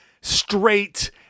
straight